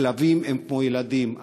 הכלבים הם כמו ילדים,